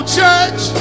church